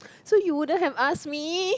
so you wouldn't have asked me